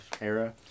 era